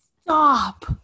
Stop